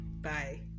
bye